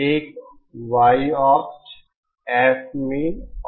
एक yopt Fmin और Rn है